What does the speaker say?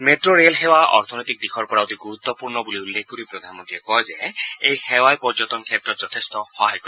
মেট্ rail সেৱা অৰ্থনৈতিক দিশৰ পৰা অতি গুৰুত্তপূৰ্ণ বুলি উল্লেখ কৰি প্ৰধানমন্ত্ৰীয়ে কয় যে এই সেৱাই পৰ্যটন ক্ষেত্ৰত যথেষ্ট সহায় কৰিব